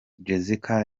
jessica